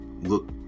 look